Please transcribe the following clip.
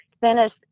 finish